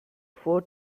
four